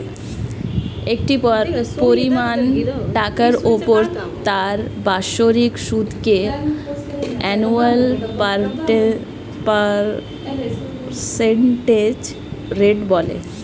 একটি পরিমাণ টাকার উপর তার বাৎসরিক সুদকে অ্যানুয়াল পার্সেন্টেজ রেট বলে